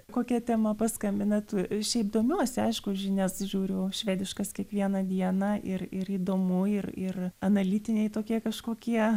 kokia tema paskambinat šiaip domiuosi aišku žinias žiūriu švediškas kiekvieną dieną ir ir įdomu ir ir analitiniai tokie kažkokie